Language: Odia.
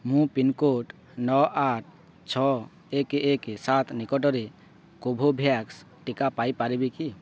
ମୁଁ ପିନ୍କୋଡ଼୍ ନଅ ଆଠ ଛଅ ଏକ ଏକ ସାତ ନିକଟରେ କୋଭୋଭ୍ୟାକ୍ସ ଟିକା ପାଇ ପାରିବି କି